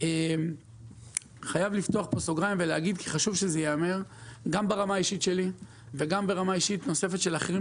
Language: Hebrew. אני פותח סוגריים ואומר שגם ברמה אישית שלי וגם ברמה אישית של אחרים,